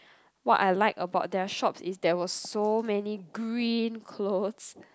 what I like about their shops is there were so many green clothes